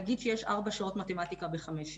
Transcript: נגיד שיש ארבע שעות מתמטיקה ב-5 יחידות,